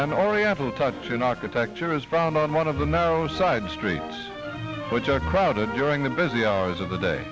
an oriental touch in architecture is found on one of the narrow side streets which are crowded during the busy hours of the day